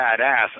badass